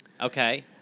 Okay